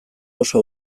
oso